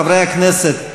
חברי הכנסת,